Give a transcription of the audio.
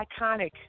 iconic